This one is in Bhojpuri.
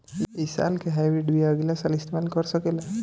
इ साल के हाइब्रिड बीया अगिला साल इस्तेमाल कर सकेला?